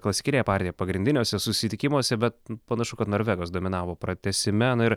klasikinėje partijoje pagrindiniuose susitikimuose bet panašu kad norvegas dominavo pratęsime na ir